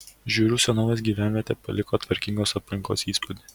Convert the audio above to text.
žiūrių senovės gyvenvietė paliko tvarkingos aplinkos įspūdį